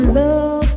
love